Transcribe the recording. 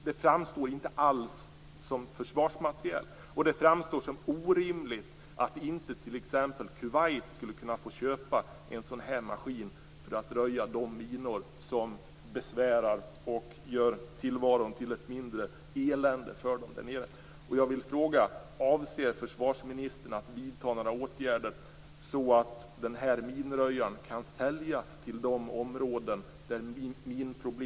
Det framstår inte alls som försvarsmateriel, och det framstår som orimligt att inte t.ex. Kuwait skulle kunna få köpa en sådan här maskin för att röja de minor som besvärar och gör tillvaron till ett elände för dem där nere.